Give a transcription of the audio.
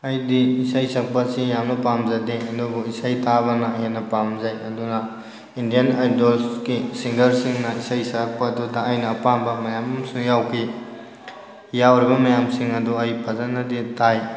ꯑꯩꯗꯤ ꯏꯁꯩ ꯁꯛꯄꯁꯤ ꯌꯥꯝꯅ ꯄꯥꯝꯖꯗꯦ ꯑꯗꯨꯕꯨ ꯏꯁꯩ ꯇꯥꯕꯅ ꯍꯦꯟꯅ ꯄꯥꯝꯖꯩ ꯑꯗꯨꯅ ꯏꯟꯗꯤꯌꯥꯟ ꯑꯥꯏꯗꯣꯜꯁꯀꯤ ꯁꯤꯡꯒꯔꯁꯤꯡꯅ ꯏꯁꯩ ꯁꯛꯄꯗꯨꯗ ꯑꯩꯅ ꯑꯄꯥꯝꯕ ꯃꯌꯥꯝ ꯑꯃꯁꯨ ꯌꯥꯎꯈꯤ ꯌꯥꯎꯔꯤꯕ ꯃꯌꯥꯝꯁꯤꯡ ꯑꯗꯣ ꯑꯩ ꯐꯖꯅꯗꯤ ꯇꯥꯏ